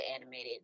animated